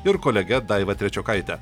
ir kolege daiva trečiokaite